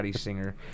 singer